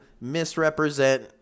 misrepresent